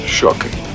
shocking